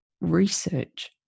research